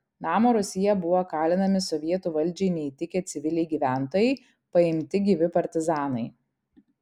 namo rūsyje buvo kalinami sovietų valdžiai neįtikę civiliai gyventojai paimti gyvi partizanai